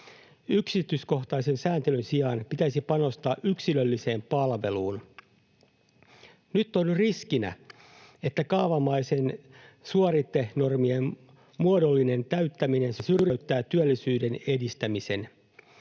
Yksityiskohtaisen sääntelyn sijaan pitäisi panostaa yksilölliseen palveluun. Nyt on riskinä, että kaavamaisten suoritenormien muodollinen täyttäminen syrjäyttää työllisyyden edistämisen.